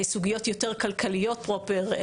סוגיות יותר כלכליות פרופר,